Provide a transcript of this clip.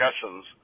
discussions